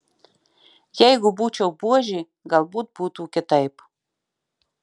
jeigu būčiau buožė galbūt būtų kitaip